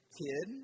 kid